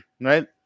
right